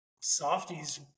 softies